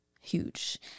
huge